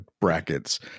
brackets